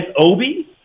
obi